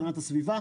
הגנת הסביבה.